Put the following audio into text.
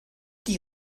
die